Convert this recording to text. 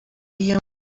iyo